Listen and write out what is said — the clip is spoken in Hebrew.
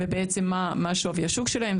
ובעצם מה שווי השוק שלהם.